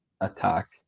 attack